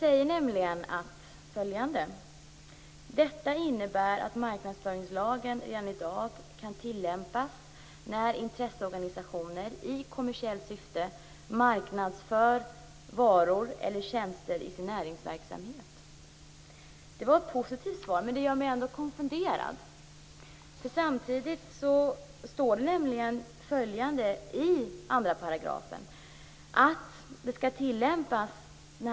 Jag själv kan inte se några skäl till att intresseorganisationer skall stå över marknadsföringslagen. Det gäller ju inte för andra, grundlagsskyddade uttalanden.